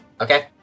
Okay